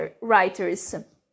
writers